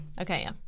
Okay